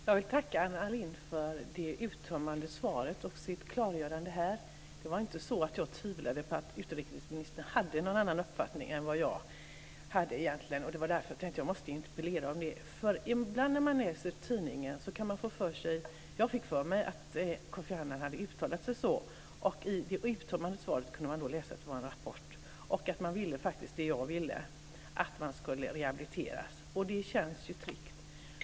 Fru talman! Jag vill tacka Anna Lindh för det uttömmande svaret och hennes klargörande här. Det var inte så att jag trodde att utrikesministern hade någon annan uppfattning än den som jag har. Men jag tyckte att jag måste interpellera om detta, eftersom man ibland när man läser tidningen kan få för sig vissa saker. Jag fick för mig att Kofi Annan hade uttalat sig på det sättet, men i det uttömmande svaret kunde jag läsa att det var en rapport och att man faktiskt ville det som jag ville, att dessa människor ska rehabiliteras. Och det känns ju tryggt.